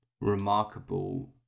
remarkable